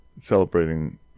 celebrating